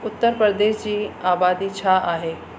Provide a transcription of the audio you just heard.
उत्तर प्रदेश जी आबादी छा आहे